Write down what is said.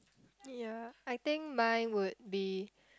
yea I think mine would be